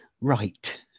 right